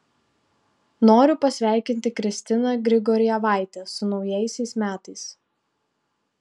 noriu pasveikinti kristiną grigorjevaitę su naujaisiais metais